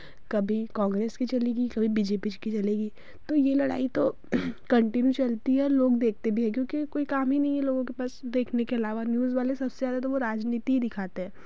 कभी कांग्रेस की चलेगी कभी बी जे पी की चलेगी तो ये लड़ाई तो कंटिन्यू चलती है और लोग देखते भी है क्योंकि कोई काम ही नहीं है लोगों के पास देखने के अलावा न्यूज़ वाले सबसे ज़्यादा तो वो राजनीति ही दिखाते हैं